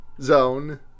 zone